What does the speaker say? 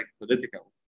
political